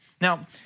Now